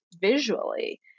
visually